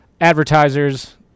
advertisers